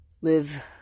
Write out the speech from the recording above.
live